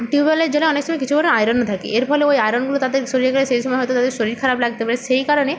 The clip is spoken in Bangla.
টিউবওয়েলের জলে অনেক সময় কিছু করে আয়রনও থাকে এর ফলে ওই আয়রনগুলো তাদের শরীরে গেলে সেই সময় হয়তো তাদের শরীর খারাপ লাগতে পারে সেই কারণে